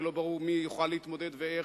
ולא ברור מי יוכל להתמודד ואיך.